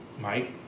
Mike